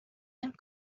and